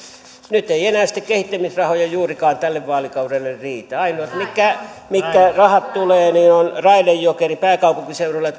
nyt ei enää sitten kehittämisrahoja juurikaan tälle vaalikaudelle riitä ainoat mitkä mitkä rahat tulevat ovat raide jokeri pääkaupunkiseudulle